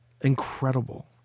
Incredible